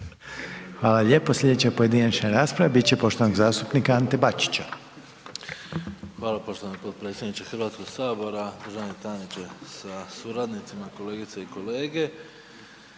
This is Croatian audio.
Hvala lijepo. Slijedeća pojedinačna rasprava bit će poštovanog zastupnika Ante Bačića. **Bačić, Ante (HDZ)** Hvala poštovani potpredsjedniče Hrvatskog sabora, državni tajniče sa suradnicima, kolegice i kolege.